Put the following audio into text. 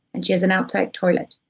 and she has an outside toilet,